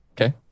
Okay